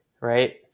right